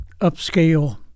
upscale